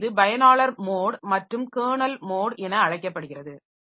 எனவே இது பயனாளர் மோட் மற்றும் கெர்னல் மோட் என அழைக்கப்படுகிறது